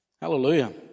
Hallelujah